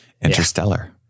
Interstellar